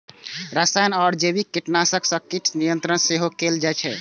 रसायन आ जैविक कीटनाशक सं कीट नियंत्रण सेहो कैल जाइ छै